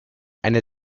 eine